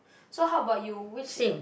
so how about you which